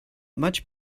much